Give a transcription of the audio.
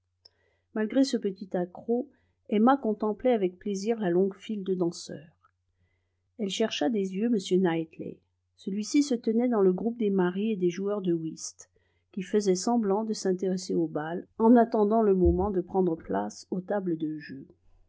malgré ce petit accroc emma contemplait avec plaisir la longue file de danseurs elle chercha des yeux m knightley celui-ci se tenait dans le groupe des maris et des joueurs de whist qui faisaient semblant de s'intéresser au bal en attendant le moment de prendre place aux tables de jeu